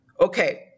Okay